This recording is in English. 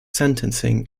sentencing